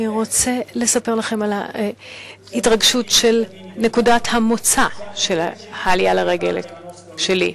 אני רוצה לספר לכם על ההתרגשות של נקודת המוצא של העלייה לרגל שלי.